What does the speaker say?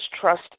trust